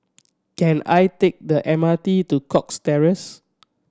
can I take the M R T to Cox Terrace